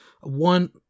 one